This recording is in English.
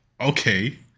okay